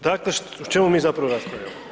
Dakle o čemu mi zapravo raspravljamo?